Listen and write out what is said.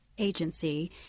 agency